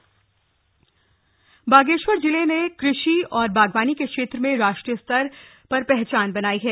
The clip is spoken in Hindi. कीवी प्रस्कार बागेश्वर जिले ने कृषि और बागवानी के क्षेत्र में राष्ट्रीय स्तर पर पहचान बनाई है